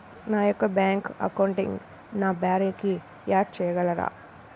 నా యొక్క బ్యాంక్ అకౌంట్కి నా భార్యని యాడ్ చేయగలరా?